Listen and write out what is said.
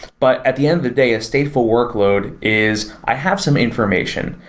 but at the end of the day, a stateful workload is i have some information.